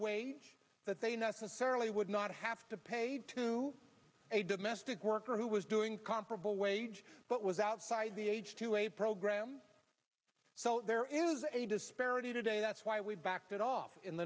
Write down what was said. wage that they necessarily would not have to pay to a domestic worker who was doing comparable wage but was outside the h two a program so there is a disparity today that's why we backed it off in the